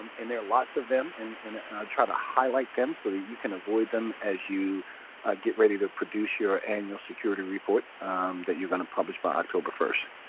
and there are lots of them. and i'll and try to highlight them so that you can avoid them as you get ready to produce your annual security report that you're gonna publish by october first.